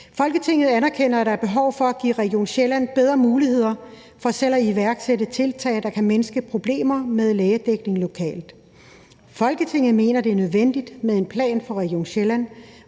»Folketinget anerkender, at der er behov for at give Region Sjælland bedre muligheder for selv at iværksætte tiltag, der kan mindske problemerne med lægedækning lokalt. Folketinget mener, det er nødvendigt med en plan for Region Sjælland,